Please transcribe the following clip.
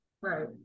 Right